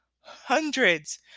hundreds